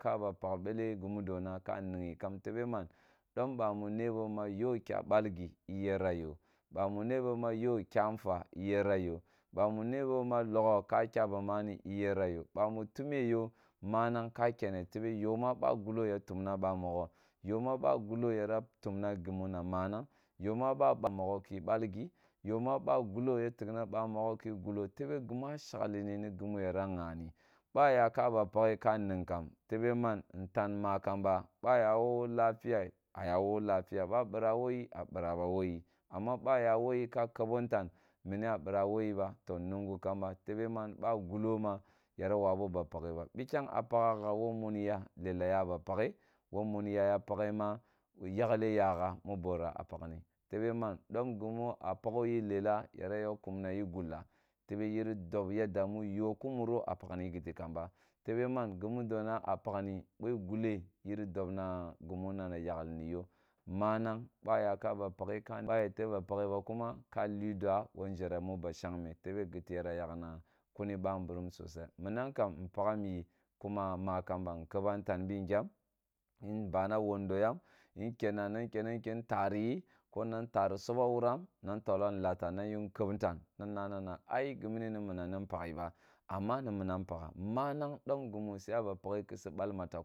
Ka ba pakh mde gi. u dona ka nighe kam tebe man dom bwanmu nebo ma yo kya balge nyera yo bawamu nebo ma kya fa iyera yo bwamu nebo ma logho ko kya ban bani lyera myo bwamu tume yo maang ka kene tebe yo ma ba gulo ya ymna yara ban bogho yo ma ba gulo yara tumna gimuna manang yo ma ba mogho ki balgi yo ma ba gulo ya tighna ba mbogho ki gulo tebe gimua ba yaka ba ptcha yara ghani ba yaka ba pke ka ninkam tebe man ntan ma kam ba ba ya wo lafiya a yawo lafiya ba bira wo yi abira ba wu yi amma ba yakam wo yo ka kebo ntan mimi a bira wo yi ba to nunga kamba tebeman ba gulo ma yara wabi ba pakhe ba bikyang a pakha gha wo muni ya lela yaba pakhe wo muni ya pakhe ma yaghe yagha mun bara a pakhi tebe man dom gimu na yi gulla tebe yare dob yadda mu yo ku munro nigmu do na a pakhni bo i gule yiri dobra gimu na na niyaghli niy yo manang bwa yaka ba pakhe ka bwa yete ba pkhe ba kuma ba li dua wo nʒhere ba shagme tebe giti yara yakhana kuni ba nburum sosai miman kam npagham bi kuma ma kamba nkebam ntan bi ngyam yen bana wondo yem yin kyenna na kena na kenna ken tari yi ko ntari sobo wuram na ntolo nlata nanyu nkebo ntan na nna na na i gimini ni minam ni pakhi ba amma ni minam nakha mannang dom gimu siya ba pakhe ki si bal mata